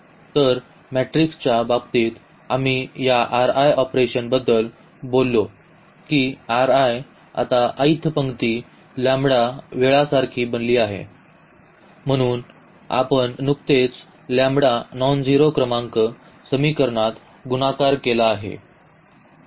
तर मॅट्रिकच्या बाबतीत आम्ही या ऑपरेशनबद्दल बोललो की आता पंक्ती लॅम्ब्डा वेळासारखी बनली आहे म्हणून आपण नुकतेच लॅम्ब्डा नॉन शून्य क्रमांक समीकरणात गुणाकार केला आहे